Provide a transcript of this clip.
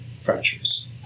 fractures